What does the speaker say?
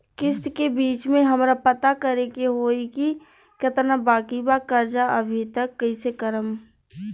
किश्त के बीच मे हमरा पता करे होई की केतना बाकी बा कर्जा अभी त कइसे करम?